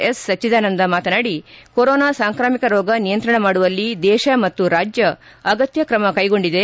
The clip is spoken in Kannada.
ಎಸ್ ಸಚ್ಯದಾನಂದ ಮಾತನಾಡಿ ಕೊರೊನಾ ಸಾಂಕ್ರಾಮಿಕ ರೋಗ ನಿಯಂತ್ರಣ ಮಾಡುವಲ್ಲಿ ದೇಶ ಮತ್ತು ರಾಜ್ಯ ಅಗತ್ಯ ತ್ರಮ ಕೈಗೊಂಡಿದೆ